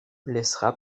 laissera